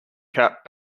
cap